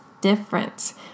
difference